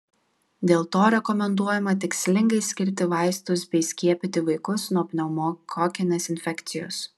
dėl to rekomenduojama tikslingai skirti vaistus bei skiepyti vaikus nuo pneumokokinės infekcijos